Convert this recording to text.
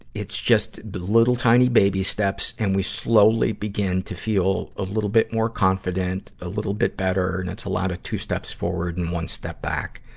it's just the little, tiny baby steps, and we slowly begin to feel a little bit more confident, a little bit better. and it's a lot of two steps forward and one step back.